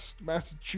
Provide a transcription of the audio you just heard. Massachusetts